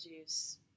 juice